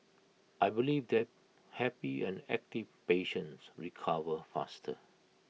I believe that happy and active patients recover faster